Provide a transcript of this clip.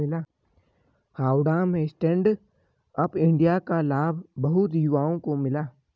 हावड़ा में stand up India का लाभ बहुत युवाओं को मिला